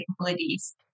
capabilities